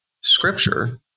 scripture